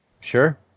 Sure